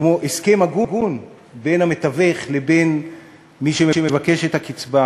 כמו הסכם הגון בין המתווך לבין מי שמבקש את הקצבה